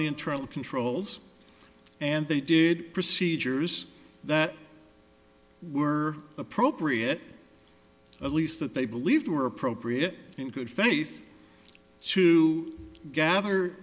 the internal controls and they did procedures that were appropriate at least that they believed were appropriate in good faith to gather